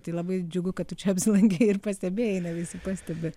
tai labai džiugu kad tu čia apsilankei ir pastebėjai ne visi pastebi